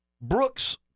Brooks